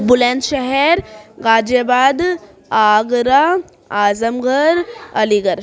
بلند شہر Ghaziabad Agra Azamgarh علی گڑھ